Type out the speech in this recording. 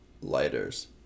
lighters